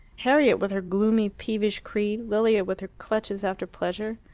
harriet with her gloomy peevish creed, lilia with her clutches after pleasure,